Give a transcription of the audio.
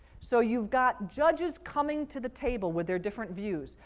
so you've got judges coming to the table with their different views,